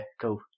Cool